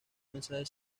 mensaje